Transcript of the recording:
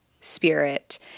spirit